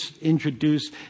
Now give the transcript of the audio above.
introduce